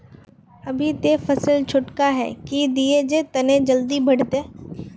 अभी ते फसल छोटका है की दिये जे तने जल्दी बढ़ते?